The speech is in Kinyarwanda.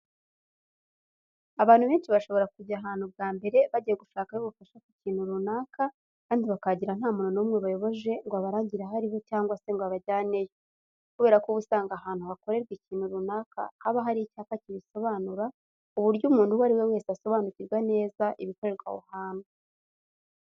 Abantu benshi bashobora kujya ahantu bwa mbere bagiye gushaka yo ubufasha ku kintu runaka kandi bakahagera nta muntu n'umwe bayoboje ngo abarangire aho ari ho cyangwa se ngo abajyaneyo, kubera ko uba usanga ahantu hakorerwa ikintu runaka haba hari icyapa kibisobanura ku buryo umuntu uwo ari we wese asobanukirwa neza ibikorerwa aho hantu.